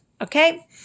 Okay